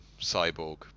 cyborg